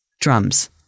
drums